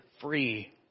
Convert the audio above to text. free